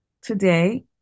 today